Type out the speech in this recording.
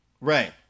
Right